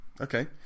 Okay